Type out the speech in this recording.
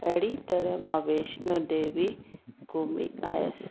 अहिड़ी तरह मां वैष्णो देवी घुमी आहियसि